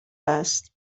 است